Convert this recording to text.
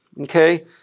okay